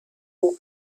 who